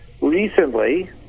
Recently